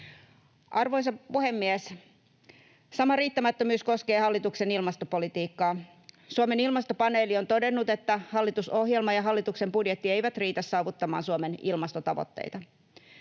Arvoisa puhemies! Sama riittämättömyys koskee hallituksen ilmastopolitiikkaa. Suomen ilmastopaneeli on todennut, että hallitusohjelma ja hallituksen budjetti eivät riitä saavuttamaan Suomen ilmastotavoitteita.